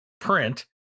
print